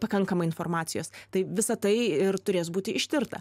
pakankamai informacijos tai visa tai ir turės būti ištirta